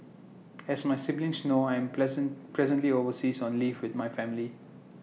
as my siblings known I am present presently overseas on leave with my family